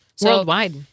Worldwide